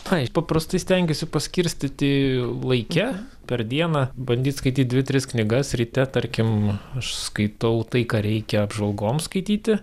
ai paprastai stengiuosi paskirstyti laike per dieną bandyt skaityti dvi tris knygas ryte tarkim aš skaitau tai ką reikia apžvalgoms skaityti